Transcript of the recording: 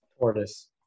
Tortoise